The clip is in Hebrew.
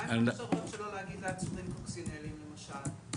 מה עם ההכשרות שלא להגיד לעצורים "קוקסינלים" למשל?